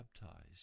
baptized